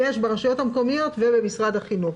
ברשויות המקומיות ובמשרד החינוך.